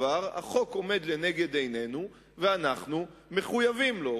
החוק עומד לנגד עינינו ואנחנו מחויבים לו.